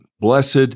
Blessed